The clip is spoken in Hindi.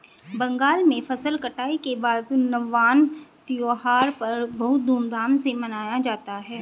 बंगाल में फसल कटाई के बाद नवान्न त्यौहार बहुत धूमधाम से मनाया जाता है